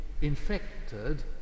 infected